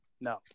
No